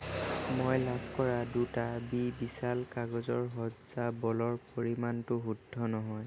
মই লাভ কৰা দুটা বি বিশাল কাগজৰ সজ্জা বলৰ পৰিমাণটো শুদ্ধ নহয়